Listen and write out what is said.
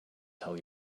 tell